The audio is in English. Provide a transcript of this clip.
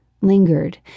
lingered